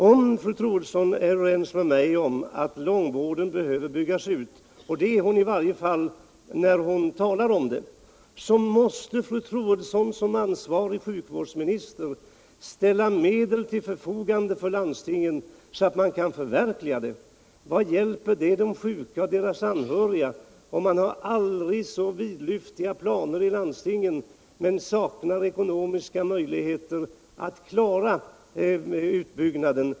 Om fru Troedsson är överens med mig om att långvården behöver byggas ut — och det är hon i varje fall när hon talar om det — så måste fru Troedsson som ansvarig sjukvårdsminister ställa medel till förfogande för landstingen, så att de kan förverkliga sina planer. Vad hjälper det de sjuka och deras anhöriga om landstingen har aldrig så vidlyftiga planer men saknar ekonomiska möjligheter att klara utbyggnaden?